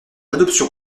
adoption